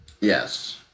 Yes